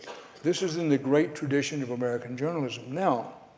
this is in the great tradition of american journalism. now,